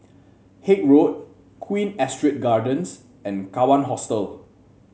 Haig Road Queen Astrid Gardens and Kawan Hostel